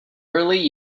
early